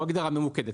היא לא הגדרה ממוקדת.